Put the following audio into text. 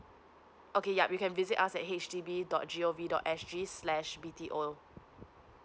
okay yup you can visit us at H D B dot G O V dot S G slash B T O